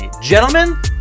Gentlemen